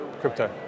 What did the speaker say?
Crypto